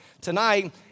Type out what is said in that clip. tonight